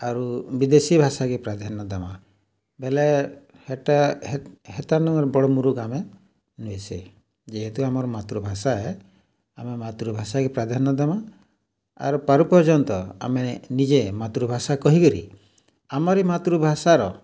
ଆରୁ ବିଦେଶୀ ଭାଷାକେ ପ୍ରାଧାନ୍ୟ ଦେମା ବେଲେ ହେଟା ହେତାନୁ ଆଉ ବଡ଼୍ ମୂରୁକ୍ ଆମେ ନୁହେଁ ସେ ଯେହେତୁ ଆମର୍ ମାତୃଭାଷା ଏ ଆମେ ମାତୃଭାଷାକେ ପ୍ରାଧାନ୍ୟ ଦେମା ଆର୍ ପାରୁପର୍ଯ୍ୟନ୍ତ ଆମେ ନିଜେ ମାତୃଭାଷା କହିକରି ଆମର୍ ଇ ମାତୃଭାଷାର